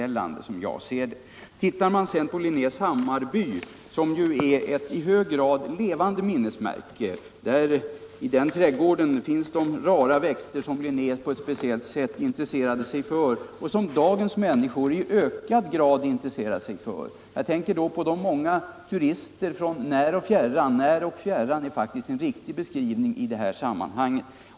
Linnés Hammarby är i hög grad ett levande minnesmärke. I trädgården där finns de rara växter som Linné på ett speciellt sätt arbetade med och som dagens människor i ökad grad intresserar sig för. Hit kommer många turister från när och fjärran — ”när och fjärran” är faktiskt en riktig beskrivning i detta sammanhang.